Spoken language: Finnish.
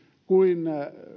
kuin